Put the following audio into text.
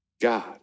God